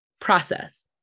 process